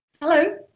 Hello